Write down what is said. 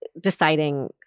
deciding